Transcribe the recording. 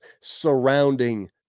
surrounding